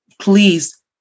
please